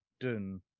dun